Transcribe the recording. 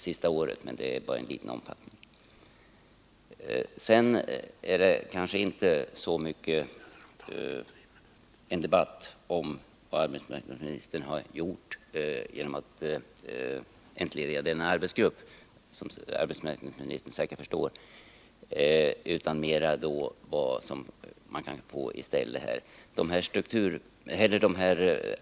Som arbetsmarknadsministern säkert förstår gäller denna debatt kanske inte så mycket vad arbetsmarknadsministern har gjort genom att entlediga arbetsgruppen för sysselsättningsfrågor i Nyköping utan mer vad kommunen kan få i stället för förlorade arbetstillfä två på varandra följande år är sj llen.